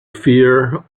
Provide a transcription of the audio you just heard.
fear